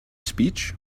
speech